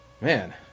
Man